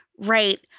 Right